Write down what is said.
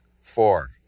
Four